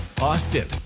Austin